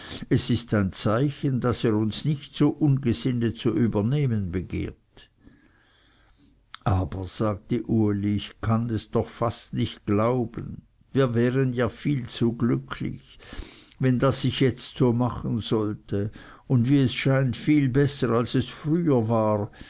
es ist ein zeichen daß er uns nicht so ungesinnet zu übernehmen begehrt aber sagte uli ich kann es doch fast nicht glauben wir wären ja viel zu glücklich wenn das sich jetzt so machen sollte und wie es scheint viel besser als es früher war